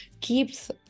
keeps